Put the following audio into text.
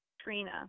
Trina